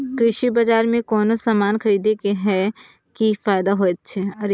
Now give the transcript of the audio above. कृषि बाजार में कोनो सामान खरीदे के कि फायदा होयत छै?